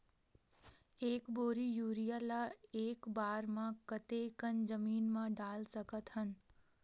एक बोरी यूरिया ल एक बार म कते कन जमीन म डाल सकत हन?